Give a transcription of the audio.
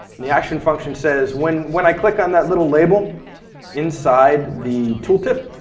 the action function says, when when i click on that little label inside the tool tip,